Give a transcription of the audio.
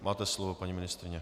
Máte slovo, paní ministryně.